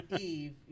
eve